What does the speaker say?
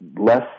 less